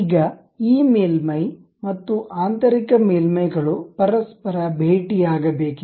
ಈಗ ಈ ಮೇಲ್ಮೈ ಮತ್ತು ಆಂತರಿಕ ಮೇಲ್ಮೈಗಳು ಪರಸ್ಪರ ಭೇಟಿಯಾಗಬೇಕಿದೆ